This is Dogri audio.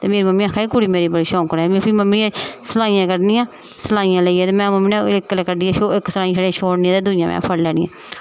ते मेरी मम्मी आखा दी ही कि कुड़ी मेरी बड़ी शौंकन ऐ ते फिर मम्मियें सलाइयां कड्ढनियां सलाइयां लेइयै ते में मम्मी ने इक्कले कड्ढियै इक साइड छड़े छोड़नी ते दूइयां में फड़ी लैनियां